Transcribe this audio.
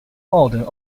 order